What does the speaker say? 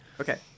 Okay